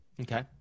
Okay